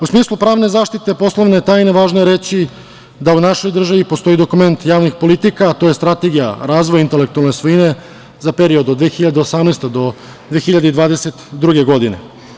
U smislu pravne zaštite poslovne tajne važno je reći da u našoj državi postoji dokument javnih politika, a to je Strategija razvoja intelektualne svojine za period od 2018. do 2022. godine.